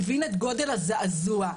מבין את גודל הזעזוע.